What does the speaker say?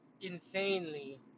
insanely